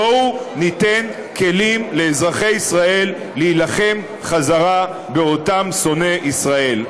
בואו ניתן כלים לאזרחי ישראל להילחם בחזרה באותם שונאי ישראל.